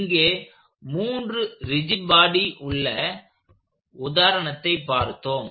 இங்கே மூன்று rigid body உள்ள உதாரணத்தை பார்த்தோம்